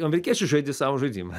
amerikiečiai žaidė savo žaidimą